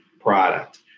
product